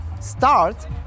start